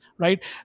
right